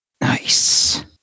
Nice